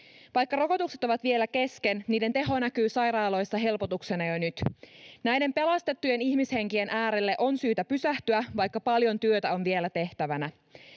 Vaikka rokotukset ovat vielä kesken, niiden teho näkyy sairaaloissa helpotuksena jo nyt. Näiden pelastettujen ihmishenkien äärelle on syytä pysähtyä, vaikka paljon työtä on vielä tehtävänä.